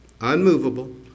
unmovable